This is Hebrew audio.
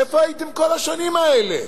איפה הייתם כל השנים האלה?